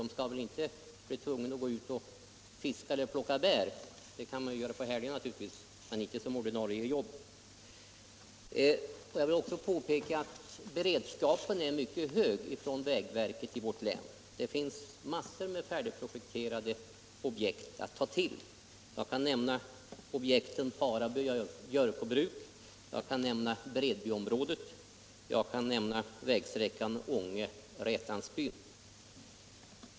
De skall väl inte bli tvungna att gå ut och fiska eller plocka bär för att försörja sig — det kan man naturligtvis göra på helgerna, men inte ha som ordinarie jobb. Jag vill också påpeka att beredskapen är mycket hög hos vägverket i vårt län. Det finns massor av färdigprojekterade vägobjekt att ta till. Jag kan nämna objekten Para-Björkåbruk, Bredbyområdet och vägsträckan Ånge-Rätansbyn.